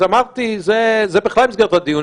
אמרתי שזה בכלל מסגרת הדיון,